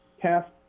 cast